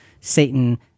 Satan